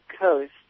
coast